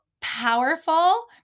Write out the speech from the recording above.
powerful